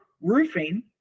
roofing